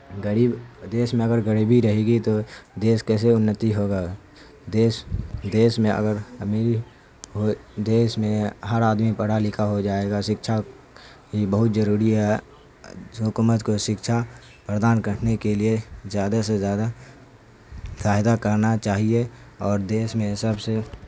غریب دیش میں اگر غریبی رہے گی تو دیش کیسے انتی ہوگا دیش دیش میں اگر امیری ہو دیش میں ہر آدمی پڑھا لکھا ہو جائے گا شکچھا بھی بہت ضروری ہے حکومت کو شکچھا پردان کرنے کے لیے زیادہ سے زیادہ کرنا چاہیے اور دیش میں سب سے